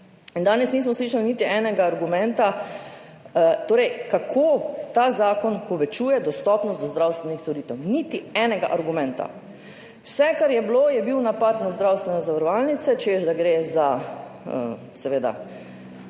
Danes nismo slišali niti enega argumenta, kako ta zakon povečuje dostopnost zdravstvenih storitev. Niti enega argumenta. Vse, kar je bilo, je bil napad na zdravstvene zavarovalnice, češ da gre za zasebnike